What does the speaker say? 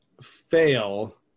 fail